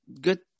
Good